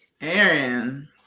Aaron